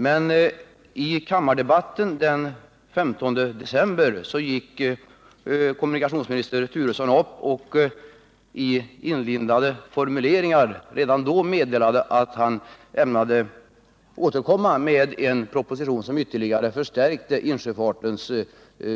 Men i kammardebatten den 15 december gick förre kommunikationsministern Turesson upp i talarstolen och meddelade i inlindade formuleringar att han ämnade återkomma med en proposition om att ytterligare förstärka insjöfartens